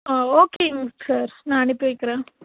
ஆ ஓகேங்க சார் நான் அனுப்பி வைக்கிறேன்